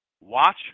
watch